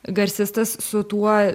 garsistas su tuo